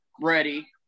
ready